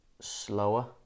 slower